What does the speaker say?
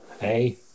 Hey